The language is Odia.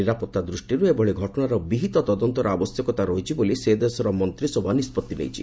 ନିରାପତ୍ତା ଦୃଷ୍ଟିରୁ ଏଭଳି ଘଟଣାର ବିହୀତ ତଦନ୍ତର ଆବଶ୍ୟକତା ରହିଛି ବୋଲି ସେ ଦେଶର ମନ୍ତ୍ରୀସଭା ନିଷ୍ପଭି ନେଇଛି